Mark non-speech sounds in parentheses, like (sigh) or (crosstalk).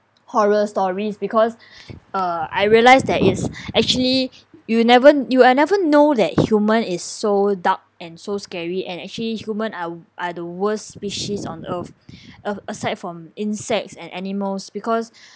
horror stories because (breath) uh I realise that is actually you never you never know that human is so dark and so scary and actually human are w~ are the worst species on earth (breath) uh aside from insects and animals because